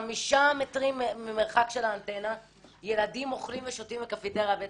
חמישה מטרים ממרחק של האנטנה ילדים אוכלים ושותים בקפיטריה הבית-ספרית.